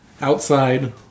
Outside